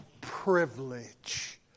privilege